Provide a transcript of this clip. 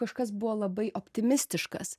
kažkas buvo labai optimistiškas